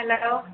hello